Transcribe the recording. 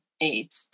Eight